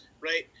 right